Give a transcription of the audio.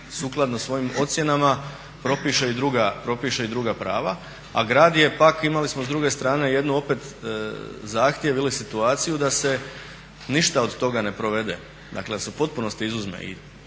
sukladno svojim ocjenama propiše i druga prava a grad je pak, imali smo s druge strane jednu opet zahtjev ili situaciju da se ništa od toga ne provede, dakle da se u potpunosti izuzme.